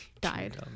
died